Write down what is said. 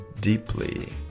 deeply